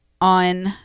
on